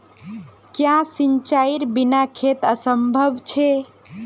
क्याँ सिंचाईर बिना खेत असंभव छै?